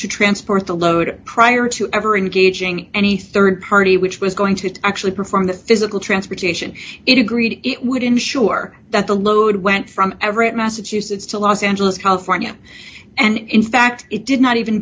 to transport the load prior to ever engaging any rd party which was going to actually perform the physical transportation it agreed it would ensure that the load went from everett massachusetts to los angeles california and in fact it did not even